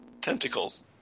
tentacles